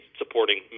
supporting